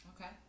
Okay